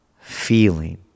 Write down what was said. feeling